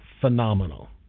phenomenal